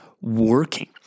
working